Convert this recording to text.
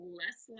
less